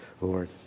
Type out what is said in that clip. Lord